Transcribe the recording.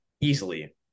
easily